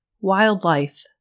Wildlife